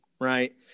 right